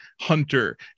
hunter